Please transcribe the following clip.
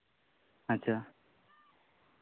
ᱟᱪᱪᱷᱟ